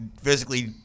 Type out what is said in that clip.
physically